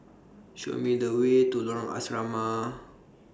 Show Me The Way to Lorong Asrama